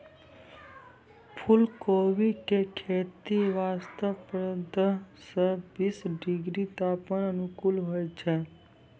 फुलकोबी के खेती वास्तॅ पंद्रह सॅ बीस डिग्री तापमान अनुकूल होय छै